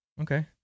okay